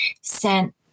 sent